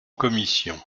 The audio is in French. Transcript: commission